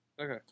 Okay